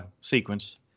sequence